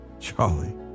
Charlie